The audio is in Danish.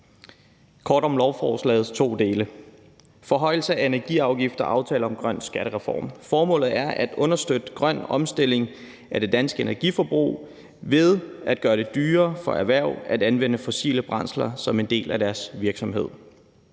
første del indeholder en forhøjelse af energiafgiften og aftale om grøn skattereform. Formålet er at understøtte en grøn omstilling af det danske energiforbrug ved at gøre det dyrere for erhverv at anvende fossile brændsler som en del af deres virksomhed.